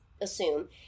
assume